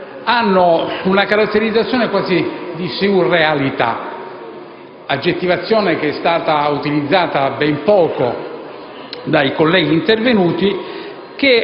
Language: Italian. hanno una caratterizzazione quasi surreale, aggettivazione che è stata utilizzata ben poco dai colleghi intervenuti,